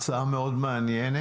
זו הצעה מאוד מעניינת,